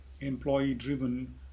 employee-driven